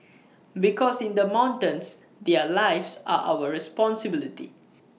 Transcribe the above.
because in the mountains their lives are our responsibility